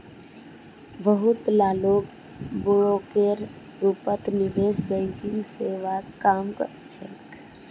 बहुत ला लोग ब्रोकरेर रूपत निवेश बैंकिंग सेवात काम कर छेक